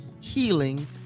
healing